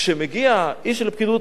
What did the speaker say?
כשמגיע איש של פקידות,